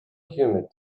humid